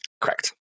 Correct